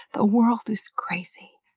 the world is crazy.